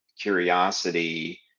curiosity